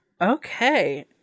okay